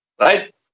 Right